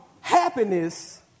Happiness